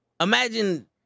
imagine